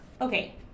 Okay